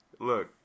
Look